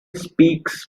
speaks